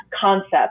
concept